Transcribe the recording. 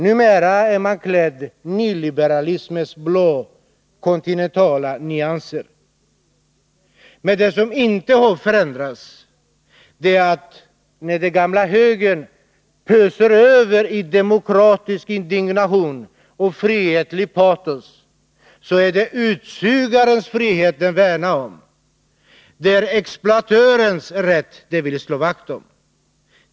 Numera är man klädd i nyliberalismens blå, kontinentala nyanser. Men något som inte har förändrats är det faktum, att när den gamla högern pöser över i demokratisk indignation och frihetligt patos, är det utsugarens frihet högern värnar, det är exploatörens rätt högern vill slå vakt om.